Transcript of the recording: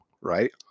right